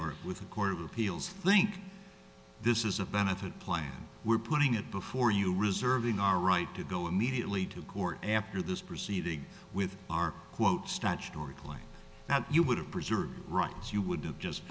work with a court of appeals think this is a benefit plan we're putting it before you reserving our right to go immediately to court after this proceeding with our quote statutory claim that you would have preserved rights you would have just